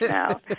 now